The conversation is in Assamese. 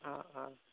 অঁ অঁ